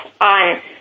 on